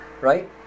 right